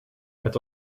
het